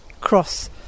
cross